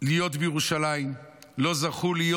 להיות בירושלים, לא זכו להיות